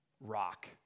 rock